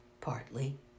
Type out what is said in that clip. Partly